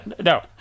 No